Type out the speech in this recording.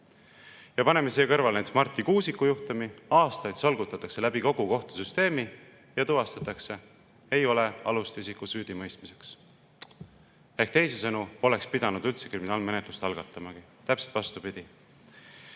Paneme siia kõrvale näiteks Marti Kuusiku juhtumi – aastaid solgutatakse läbi kogu kohtusüsteemi ja tuvastatakse: ei ole alust isiku süüdimõistmiseks. Ehk teisisõnu, poleks pidanud üldse kriminaalmenetlust algatama – täpselt vastupidi.